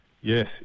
Yes